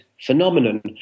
phenomenon